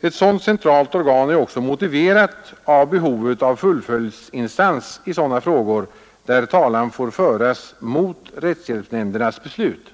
Ett sådant centralt organ är också motiverat av behovet av fullföljdsinstans i sådana frågor där talan får föras mot rättshjälpsnämndernas beslut.